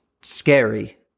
scary